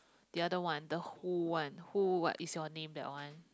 the other one the who one who what is your name that one